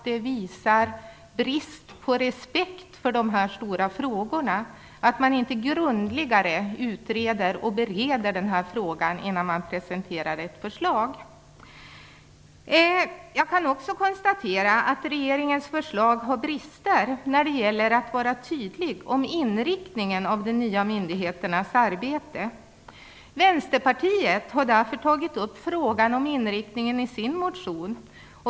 Det visar på en brist på respekt för de här stora frågorna att man inte grundligare utreder och bereder den här frågan innan ett förslag presenteras. Jag kan också konstatera att regeringens förslag har brister när det gäller att vara tydlig om inriktningen av de nya myndigheternas arbete. Vi i Vänsterpartiet har därför i vår motion tagit upp frågan om inriktningen.